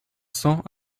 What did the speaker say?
cents